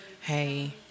hey